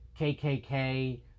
kkk